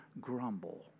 grumble